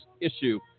issue